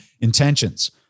intentions